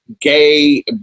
Gay